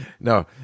No